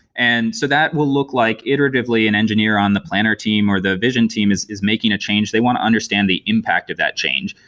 and so that will look like iteratively an engineer on the planner team or the vision team is is making a change. they want to understand the impact of that change,